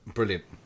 brilliant